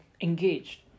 Engaged